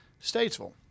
Statesville